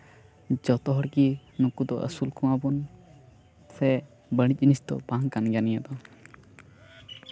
ᱡᱚᱛᱚ ᱦᱚᱲ ᱜᱮ ᱱᱩᱠᱩ ᱫᱚ ᱟᱹᱥᱩᱞ ᱠᱚᱣᱟ ᱵᱚᱱ ᱥᱮ ᱵᱟᱹᱲᱤᱡ ᱡᱤᱱᱤᱥ ᱫᱚ ᱵᱟᱝ ᱠᱟᱱ ᱜᱮᱭᱟ ᱱᱤᱭᱟᱹ ᱫᱚ